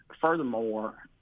furthermore